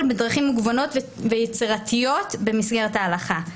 בדרכים מגוונות ויצירתיות במסגרת ההלכה.